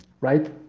right